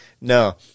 no